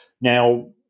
Now